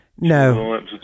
No